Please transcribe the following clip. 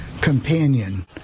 Companion